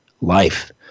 life